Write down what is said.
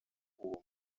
uwo